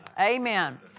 Amen